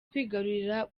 kwigarurira